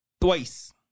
twice